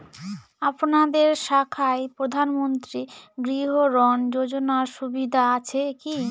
আপনাদের শাখায় প্রধানমন্ত্রী গৃহ ঋণ যোজনার সুবিধা আছে কি?